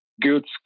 good